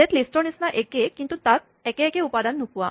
set লিষ্টৰ নিচিনা একে কিন্তু তাত একে একে উপাদান নোপোৱা